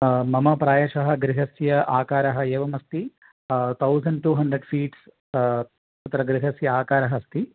मम प्रायशः गृहस्य आकारः एवमस्ति थौसण्ड् टु हण्ड्रेड् फ़ीट्स् तत्र गृहस्य आकारः अस्ति